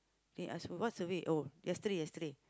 then he ask me what survey oh yesterday yesterday